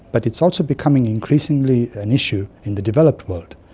but it's also becoming increasingly an issue in the developed world,